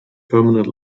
permanent